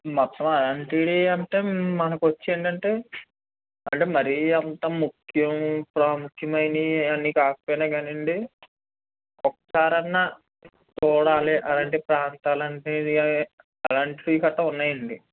మొత్తం అలాంటివి అంటే మనకు కొచ్చి ఏంటంటే అంటే మరి అంత ముఖ్యం ప్రాముఖ్యమైనవి అని కాకపోయిన కానిండి ఒకసారి అన్న చూడాలి అలాంటి ప్రాంతాలు అంటే అవి అలాంటివి కట్టా ఉన్నాయండి